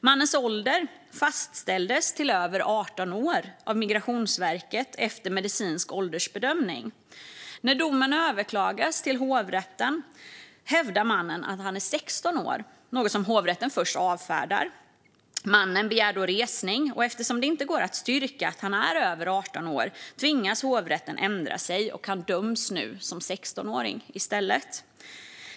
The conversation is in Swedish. Mannens ålder fastställs till över 18 år av Migrationsverket efter medicinsk åldersbedömning. När domen överklagas till hovrätten hävdar mannen att han är 16 år, något som hovrätten först avfärdar. Mannen begär då resning. Eftersom det inte går att styrka att han är över 18 år tvingas hovrätten ändra sig. Han döms nu som 16-åring i stället.